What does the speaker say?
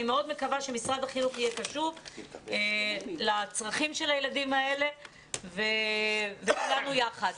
אני מאוד מקווה שמשרד החינוך יהיה קשוב לצרכים של הילדים האלה ונפעל יחד